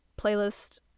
playlist